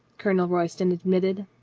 colonel royston admitted.